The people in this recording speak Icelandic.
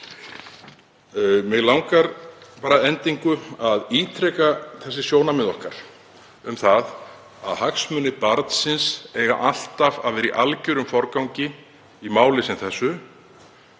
Mig langar að endingu að ítreka sjónarmið okkar um að hagsmunir barnsins eigi alltaf að vera í algjörum forgangi í máli sem þessu.